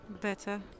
better